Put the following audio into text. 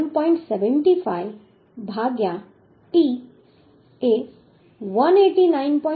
75 ભાગ્યા t એ 189